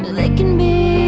they can be